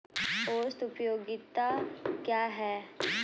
औसत उपयोगिता क्या है?